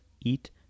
eat